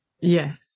Yes